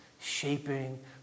shaping